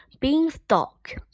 Beanstalk